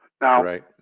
Right